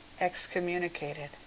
excommunicated